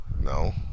no